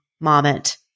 moment